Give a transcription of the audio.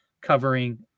covering